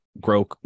grow